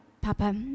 Papa